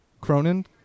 Cronin